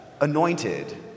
anointed